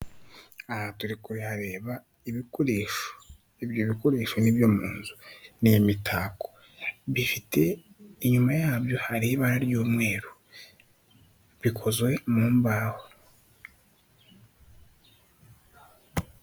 Aha turi kuhareba ibikoresho, ibyo bikoresho ni ibyo mu nzu ,ni imitako inyuma yabyo hari ibara ry'umweru bikozwe mu mbaho.